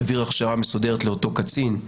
יעביר הכשרה מסודרת לאותו קצין.